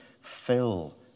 fill